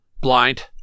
blind